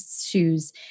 shoes